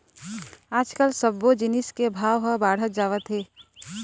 आजकाल सब्बो जिनिस के भाव ह बाढ़त जावत हे